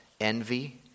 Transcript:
envy